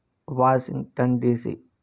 Washington DC